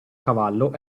cavallo